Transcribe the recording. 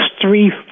three